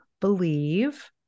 believe